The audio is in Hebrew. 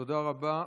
תודה רבה.